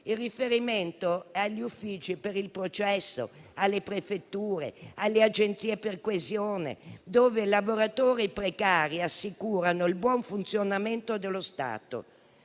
Il riferimento è agli uffici per il processo, alle prefetture, alle agenzie per la coesione, dove i lavoratori precari assicurano il buon funzionamento dello Stato.